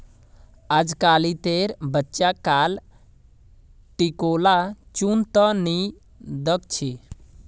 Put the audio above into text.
अजकालितेर बच्चा लाक टिकोला चुन त नी दख छि